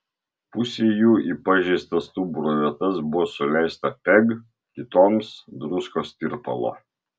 pusei jų į pažeistas stuburo vietas buvo suleista peg kitoms druskos tirpalo